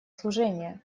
служение